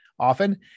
often